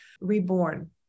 reborn